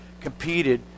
competed